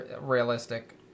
realistic